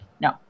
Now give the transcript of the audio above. no